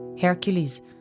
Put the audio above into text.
Hercules